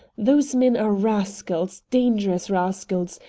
those men are rascals, dangerous rascals,